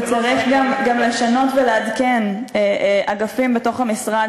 וצריך גם לשנות ולעדכן אגפים בתוך המשרד,